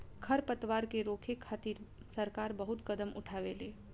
खर पतवार के रोके खातिर सरकार बहुत कदम उठावेले